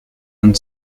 and